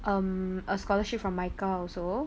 um a scholarship from M_I_C_A also